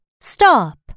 stop